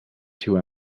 two